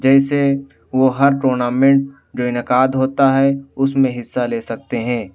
جیسے وہ ہر ٹورنامنٹ جو انعقاد ہوتا ہے اس میں حصّہ لے سکتے ہیں